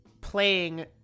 playing